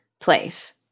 Place